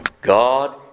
God